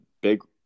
big